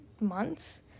months